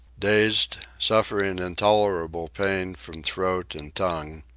dazed, suffering intolerable pain from throat and tongue,